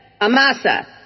Amasa